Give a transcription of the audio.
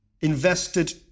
invested